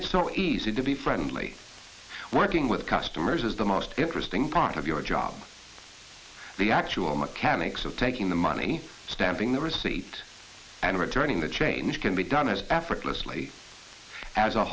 it's not easy to be friendly working with customers is the most interesting part of your job the actual mechanics of taking the money stamping the receipt and returning the change can be done as africa leslie as a